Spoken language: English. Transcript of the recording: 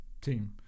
team